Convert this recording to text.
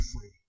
free